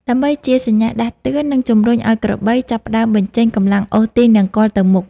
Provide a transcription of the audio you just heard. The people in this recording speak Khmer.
ដើម្បីជាសញ្ញាដាស់តឿន និងជំរុញឱ្យក្របីចាប់ផ្តើមបញ្ចេញកម្លាំងអូសទាញនង្គ័លទៅមុខ។